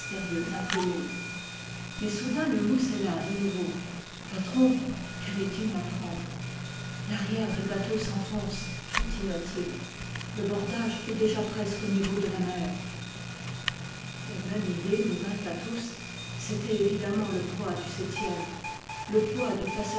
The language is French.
inconnu mais soudain le mousse héla de nouveau patron qu'allait-il m'apprendre l'arrière du bateau s'enfonce continua-t-il le bordage est déjà presque au niveau de la mer la même idée nous vint à tous c'était évidemment le poids du septième le poids du